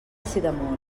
sidamon